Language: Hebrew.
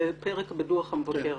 זה פרק בדוח המבקר.